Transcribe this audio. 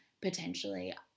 potentially